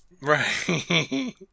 Right